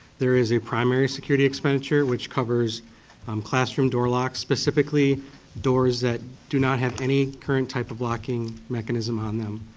there is a primary security expenditure which covers um classroom door locks, specifically doors that do not have any current type of locking mechanism on them.